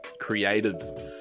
creative